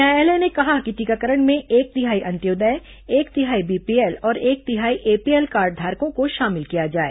न्यायालय ने कहा कि टीकाकरण में एक तिहाई अंत्योदय एक तिहाई बीपीएल और एक तिहाई एपीएल कार्डधारकों को शामिल किया जाए